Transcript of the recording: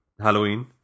Halloween